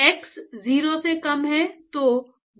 x 0 से कम है